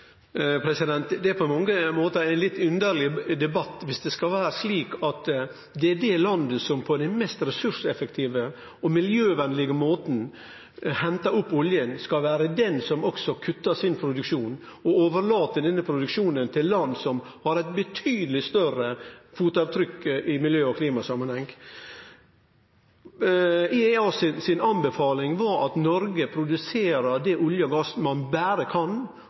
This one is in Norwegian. er på mange måtar ein litt underleg debatt. Skal det vere slik at det landet som hentar opp oljen på den mest ressurseffektive og miljøvennlege måten, skal vere det som kuttar sin produksjon og overlèt denne produksjonen til land som har eit betydeleg større fotavtrykk i miljø- og klimasamanheng. IEA si anbefaling var at Noreg produserer det av olje og gass som ein berre kan.